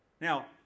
Now